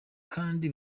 kandi